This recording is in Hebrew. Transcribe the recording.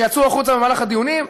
שיצאו החוצה במהלך הדיונים,